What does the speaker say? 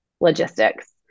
logistics